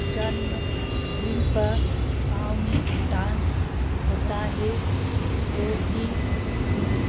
जन्मदिन पर गाँव में डांस होता है वो भी हम